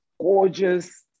gorgeous